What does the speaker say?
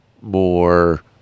more